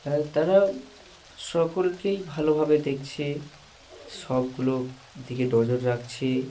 হ্যাঁ তারা সকলকেই ভালোভাবে দেখছে সবগুলো দিকে নজর রাখছে